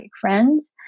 friends